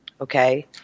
okay